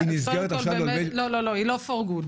לא, היא לא לתמיד.